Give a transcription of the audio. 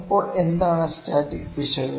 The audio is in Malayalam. അപ്പോൾ എന്താണ് സ്റ്റാറ്റിക് പിശക്